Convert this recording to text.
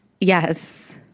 Yes